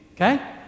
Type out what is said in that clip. Okay